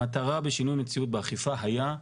המטרה בשינוי מציאות באכיפה היה,